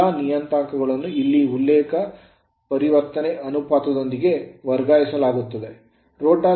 ಎಲ್ಲಾ ನಿಯತಾಂಕಗಳನ್ನು ಇಲ್ಲಿ ಉಲ್ಲೇಖ ಪರಿವರ್ತನೆ ಅನುಪಾತದೊಂದಿಗೆ ವರ್ಗಾಯಿಸಲಾಗುತ್ತದೆ